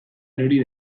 erori